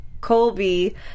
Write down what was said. Colby